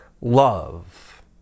love